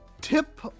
tip